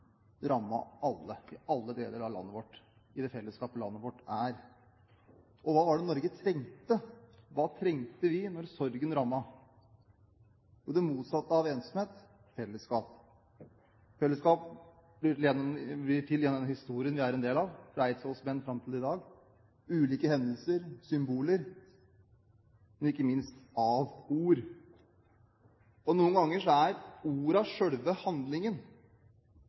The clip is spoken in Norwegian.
rammet alle i alle deler av landet vårt, det fellesskapet landet vårt er. Hva var det Norge trengte? Hva trengte vi da sorgen rammet? Jo, det motsatte av ensomhet – fellesskap. Fellesskap blir til gjennom den historien vi er en del av, fra eidsvollsmennene og fram til i dag, gjennom ulike hendelser og symboler, men ikke minst gjennom ord. Noen ganger er ordene selv handlingen.